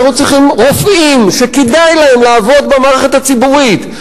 אנחנו צריכים רופאים שכדאי להם לעבוד במערכת הציבורית.